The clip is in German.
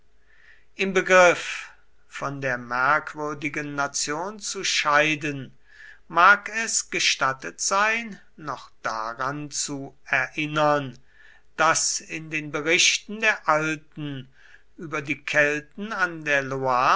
im begriff von der merkwürdigen nation zu scheiden mag es gestattet sein noch daran zu erinnern daß in den berichten der alten über die kelten an der loire